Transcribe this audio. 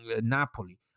Napoli